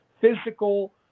physical